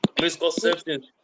misconceptions